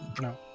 No